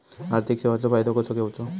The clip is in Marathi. आर्थिक सेवाचो फायदो कसो घेवचो?